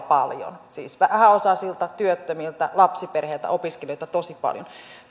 paljon siis vähäosaisilta työttömiltä lapsiperheiltä opiskelijoilta tosi paljon